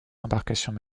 embarcations